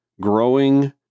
growing